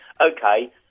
okay